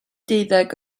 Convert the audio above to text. deuddeg